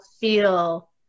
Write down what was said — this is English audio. feel